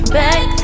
back